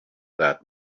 that